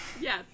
Yes